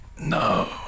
No